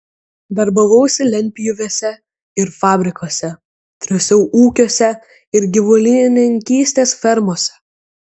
darbavausi lentpjūvėse ir fabrikuose triūsiau ūkiuose ir gyvulininkystės fermose